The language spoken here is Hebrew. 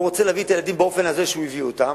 והוא רוצה להביא את הילדים באופן הזה שהוא הביא אותם,